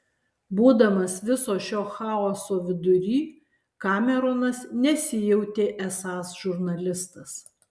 būdamas viso šio chaoso vidury kameronas nesijautė esąs žurnalistas